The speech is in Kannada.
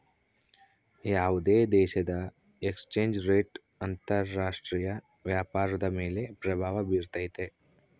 ಯಾವುದೇ ದೇಶದ ಎಕ್ಸ್ ಚೇಂಜ್ ರೇಟ್ ಅಂತರ ರಾಷ್ಟ್ರೀಯ ವ್ಯಾಪಾರದ ಮೇಲೆ ಪ್ರಭಾವ ಬಿರ್ತೈತೆ